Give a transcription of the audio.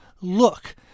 look